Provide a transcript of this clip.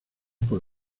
por